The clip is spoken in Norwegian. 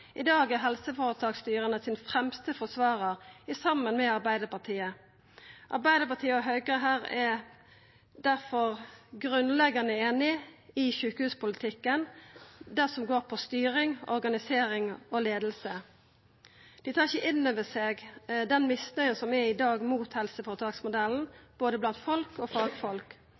i dag er den fremste forsvararen av helseføretaksstyra, saman med Arbeidarpartiet. Arbeidarpartiet og Høgre er difor grunnleggjande einige i sjukehuspolitikken når det gjeld styring, organisering og leiing. Dei tar ikkje inn over seg den misnøya som er mot helseføretaksmodellen i dag, blant både folk og fagfolk.